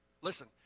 Listen